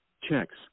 checks